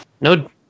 No